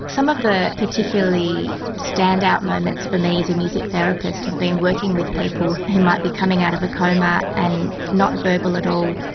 some of the particularly standout moments for me as a music therapist have been working with people who might be coming out of a coma and not verbal at all,